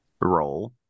roll